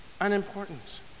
unimportant